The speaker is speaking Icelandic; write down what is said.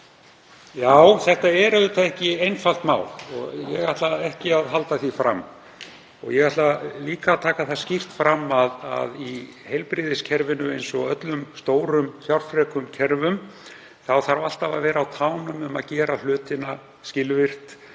Þetta er auðvitað ekki einfalt mál og ég ætla ekki að halda því fram. Ég ætla líka að taka það skýrt fram að í heilbrigðiskerfinu, eins og öllum stórum fjárfrekum kerfum, þarf alltaf að vera á tánum gagnvart því að gera hlutina skilvirkt,